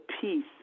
peace